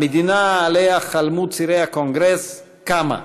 המדינה שעליה חלמו צירי הקונגרס קמה,